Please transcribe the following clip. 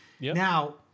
Now